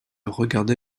regardai